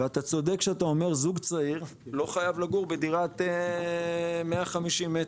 אתה צודק כשאתה אומר זוג צעיר לא חייב לגור בדירת 150 מטר.